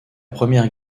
première